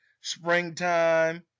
springtime